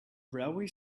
railway